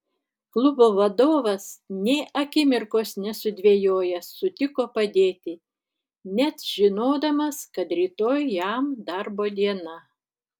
klubo vadovas nė akimirkos nesudvejojęs sutiko padėti net žinodamas kad rytoj jam darbo diena